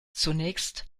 zunächst